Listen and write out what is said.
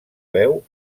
veu